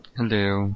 Hello